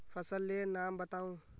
फसल लेर नाम बाताउ?